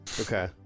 Okay